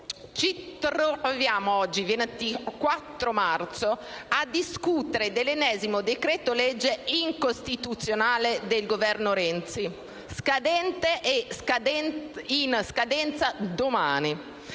ci troviamo oggi, 24 marzo, a discutere dell'ennesimo decreto-legge incostituzionale del Governo Renzi, scadente e in